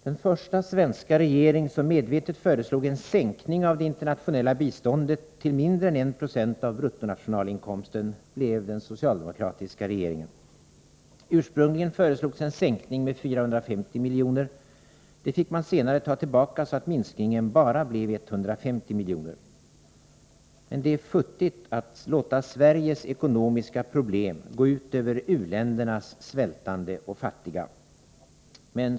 Den första svenska regering som medvetet föreslog en sänkning av det internationella biståndet till mindre än 1 96 av bruttonationalinkomsten blev den socialdemokratiska regeringen. Ursprungligen föreslogs en sänkning med 450 milj.kr. — det fick man senare ta tillbaka så att minskningen ”bara” blev 150 milj.kr. Men det är futtigt att låta Sveriges ekonomiska problem gå ut över u-ländernas svältande och fattiga.